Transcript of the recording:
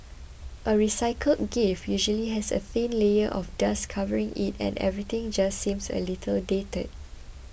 a recycled gift usually has a thin layer of dust covering it and everything just seems a little dated